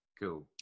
Cool